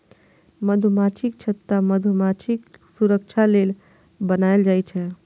मधुमाछीक छत्ता मधुमाछीक सुरक्षा लेल बनाएल जाइ छै